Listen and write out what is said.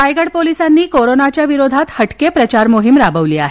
रायगड पोलिसांनी कोरोनाच्या विरोधात हटके प्रचार मोहीम राबविली आहे